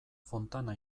fontana